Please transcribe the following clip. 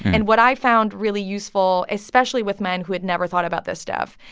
and what i found really useful, especially with men who had never thought about this stuff,